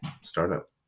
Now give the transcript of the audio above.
startup